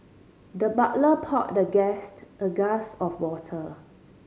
the butler poured the guest a glass of water